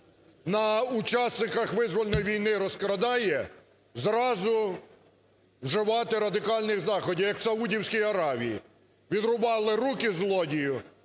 на учасниках визвольної війни розкрадає, зразу вживати радикальних заходів, як в Саудівській Аравії: відрубали руки злодію